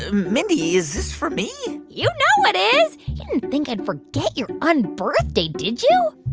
ah mindy, is this for me? you know it is. you didn't think i'd forget your unbirthday, did you?